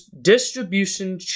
distribution